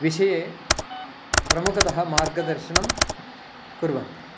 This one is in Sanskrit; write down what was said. विषये प्रमुखतः मार्गदर्शनं कुर्वन्ति